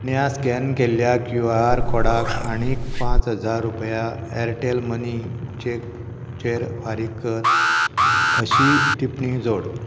ण्या scan केल्ल्या Q R कॉडाक आनी पांच हजार रुपया ऍरटॅल मनीचेर फारीक कर अशी टिपणी जोड